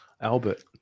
Albert